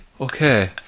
Okay